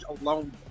alone